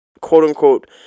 quote-unquote